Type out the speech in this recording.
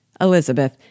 Elizabeth